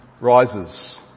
rises